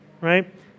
right